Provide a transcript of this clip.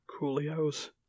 Coolio's